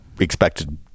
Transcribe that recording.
expected